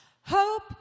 Hope